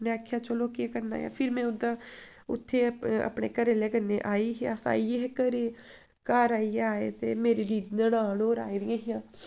में आखेआ चलो केह् करना ऐ फिर में उं'दा उत्थै अपने घरै आह्ले कन्नै आई ही अस आई गे हे घरै ई घर आई गे आए ते मेरी दीद ननान होर आई दियां हियां